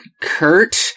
Kurt